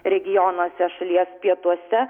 regionuose šalies pietuose